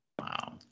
wow